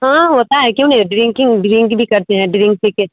हाँ होता है क्यों नहीं ड्रिंकिंग ड्रिंक भी करते हैं ड्रिंक पी कर